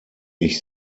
ich